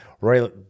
Roy